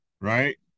Right